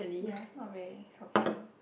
ya it's not really helpful